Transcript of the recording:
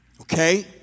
Okay